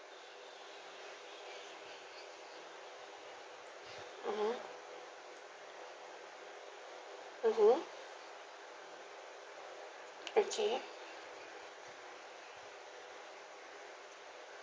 mmhmm mmhmm okay